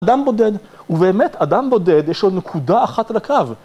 אדם בודד, ובאמת אדם בודד יש לו נקודה אחת על הקו